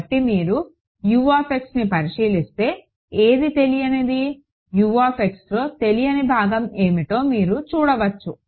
కాబట్టి మీరు Uని పరిశీలిస్తే ఏది తెలియనిది Uలో తెలియని భాగం ఏమిటో మీరు చూడవచ్చు